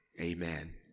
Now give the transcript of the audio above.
amen